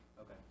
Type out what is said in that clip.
Okay